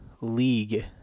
league